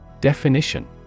Definition